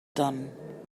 done